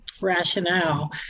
rationale